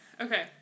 Okay